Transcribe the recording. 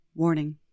Warning